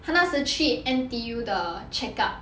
他那时去 N_T_U 的 checkup